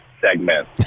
segment